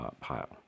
pile